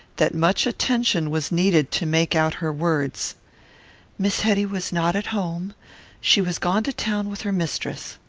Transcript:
that much attention was needed to make out her words miss hetty was not at home she was gone to town with her mistress.